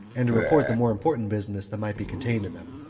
and to report the more important business that might be contained in them.